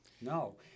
no